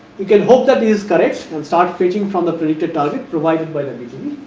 you can hope that is correct and start fetching from the predicted target provided by the btb.